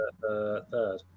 third